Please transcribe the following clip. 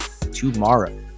tomorrow